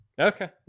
Okay